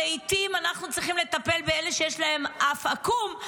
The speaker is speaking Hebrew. לעיתים אנחנו צריכים לטפל באלה שיש להם אף עקום,